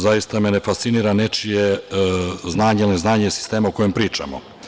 Zaista me ne fascinira nečije znanje ili neznanje sistema o kojem pričamo.